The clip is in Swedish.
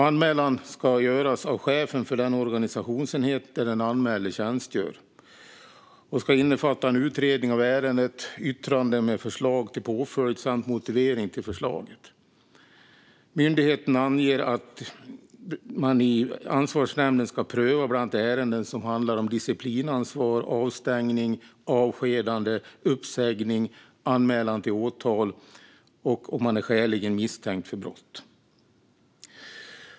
Anmälan ska göras av chefen för den organisationsenhet där den anmälde tjänstgör. Den ska innefatta en utredning av ärendet, yttrande med förslag till påföljd samt motivering till förslaget. Myndigheten anger att man i ansvarsnämnden ska pröva bland annat ärenden som handlar om disciplinansvar, avstängning, avskedande, uppsägning, anmälan till åtal och om man är skäligen misstänkt för brott.